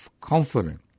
confident